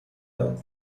داد